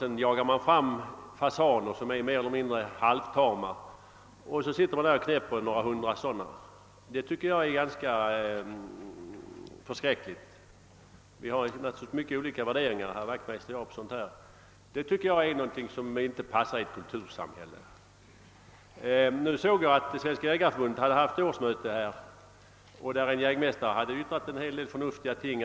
Där sitter man och skjuter ned några hundra kanske halvtama fasaner, som drivs fram mot jägarna. Sådant tycker jag är för skräckligt. Herr Wachtmeister och jag har naturligtvis mycket olika värderingar av dessa företeelser, men jag anser att de icke passar i ett kultursamhälle. Svenska jägareförbundet har nyligen haft kongress, och en jägmästare framförde därvid en hel del förnuftiga åsikter.